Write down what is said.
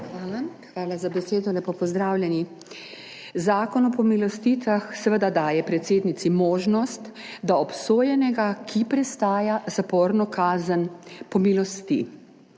Hvala za besedo. Lepo pozdravljeni! Zakon o pomilostitvah seveda daje predsednici možnost, da obsojenega, ki prestaja zaporno kazen, pomilosti.